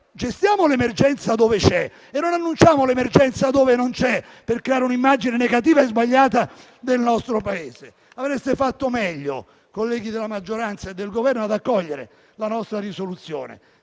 gestiamo l'emergenza dove c'è e non annunciamo l'emergenza dove non c'è per creare un'immagine negativa e sbagliata del nostro Paese. Avreste fatto meglio, colleghi della maggioranza e del Governo, ad accogliere la nostra risoluzione,